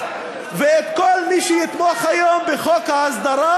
ואת כל מי שיתמוך היום בחוק ההסדרה,